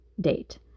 date